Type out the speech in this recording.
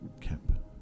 Camp